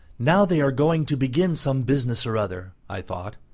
now they are going to begin some business or other, i thought.